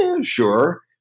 Sure